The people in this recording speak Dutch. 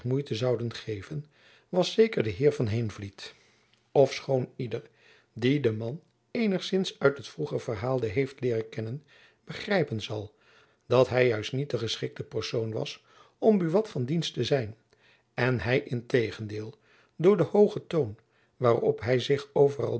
moeite zouden geven was zeker de heer van heenvliet ofschoon ieder die den man eenigzins uit het vroeger verhaalde heeft leeren kennen begrijpen zal dat hy juist niet de geschiktste persoon was om buat van dienst te zijn en hy in tegendeel door den hoogen toon waarop hy zich overal